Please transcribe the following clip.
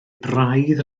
braidd